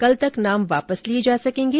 कल तक नाम वापस लिए जा सकेंगे